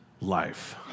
life